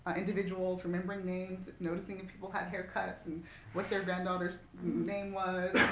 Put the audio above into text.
individuals, remembering names, noticing if people had haircuts and what their granddaughter's name was,